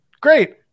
great